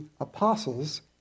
apostles